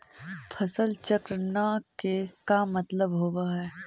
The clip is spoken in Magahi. फसल चक्र न के का मतलब होब है?